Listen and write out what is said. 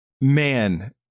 man